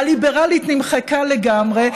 הליברלית נמחקה לגמרי,